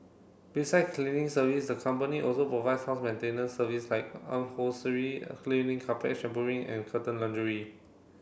beside cleaning service the company also provides house maintenance service like cleaning carpet shampooing and curtain laundry